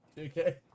Okay